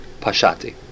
Pashati